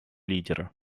лидера